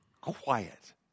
quiet